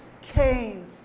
came